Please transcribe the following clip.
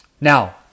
Now